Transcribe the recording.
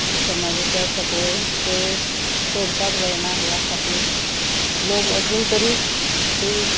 समाजाचें आसा पळय तें सोडपाक जायना ह्या खातीर लोक अजून तरी ती